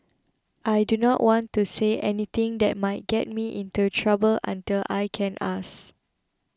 I do not want to say anything that might get me into trouble until I can ask